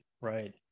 right